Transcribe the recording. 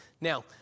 Now